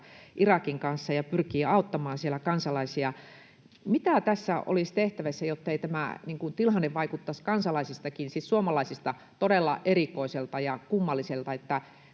Irakin kanssa ja pyrkivät auttamaan siellä sen kansalaisia? Mitä tässä olisi tehtävissä, jottei tämä tilanne vaikuttaisi kansalaisistakin, siis suomalaisista, todella erikoiselta ja kummalliselta?